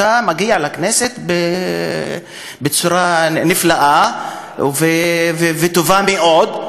אתה מגיע לכנסת בצורה נפלאה וטובה מאוד,